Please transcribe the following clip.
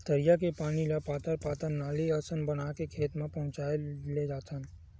तरिया के पानी ल पातर पातर नाली असन बना के खेत म पहुचाए लेजाथन